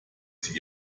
sie